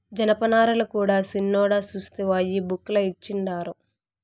జనపనారల కూడా సిన్నోడా సూస్తివా ఈ బుక్ ల ఇచ్చిండారు